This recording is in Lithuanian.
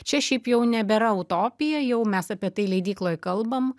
čia šiaip jau nebėra utopija jau mes apie tai leidykloj kalbam